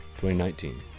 2019